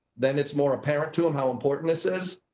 then it's more apparent to um how important this is,